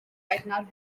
gaernarfon